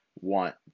want